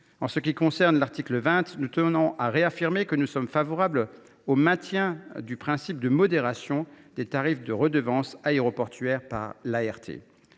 En ce qui concerne l’article 20, nous tenons à réaffirmer que nous sommes favorables au maintien du principe de modération des tarifs de redevance aéroportuaire par